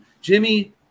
jimmy